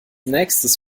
nächstes